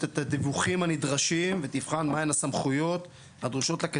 את הדיווחים הנדרשים ותבחן מהן הסמכויות הדרושות לה".